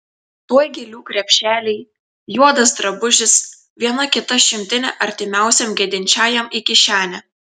tuoj gėlių krepšeliai juodas drabužis viena kita šimtinė artimiausiam gedinčiajam į kišenę